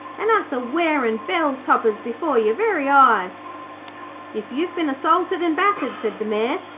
and us a-wearin bell-toppers before your very eyes if you've been assaulted and battered said the mayor,